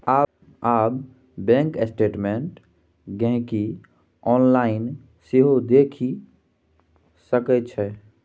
आब bank statement गांहिकी online सेहो देखि सकै छै